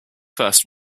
first